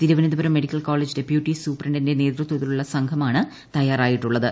Thiruvananthapuram medical college deputy സൂപ്രണ്ടിന്റെ നേതൃത്വത്തിലുള്ള സംഘമാണ് തയ്യാറായിട്ടുള്ളത്